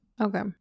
Okay